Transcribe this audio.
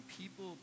people